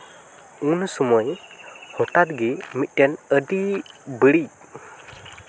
ᱩᱱ ᱥᱚᱢᱚᱭ ᱦᱚᱴᱟᱛ ᱜᱮ ᱢᱤᱫᱴᱮᱱ ᱟᱹᱰᱤ ᱵᱟᱹᱲᱤᱡ